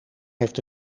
heeft